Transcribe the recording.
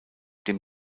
dem